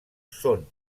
són